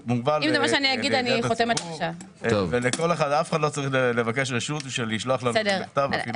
לא צריך לבקש רשות בשביל לשלוח לנו מכתב.